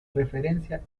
referencia